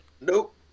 Nope